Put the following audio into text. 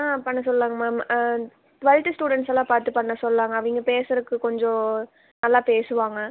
ஆ பண்ண சொல்லலாம்ங்க ma'am twelfth ஸ்டூடெண்ட்ஸ்ஸெல்லாம் பார்த்து பண்ண சொல்லலாம்ங்க அவங்க பேசுறதுக்கு கொஞ்சம் நல்லா பேசுவாங்க